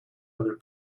other